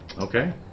Okay